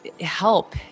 help